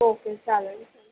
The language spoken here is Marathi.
ओके चालेल